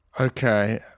Okay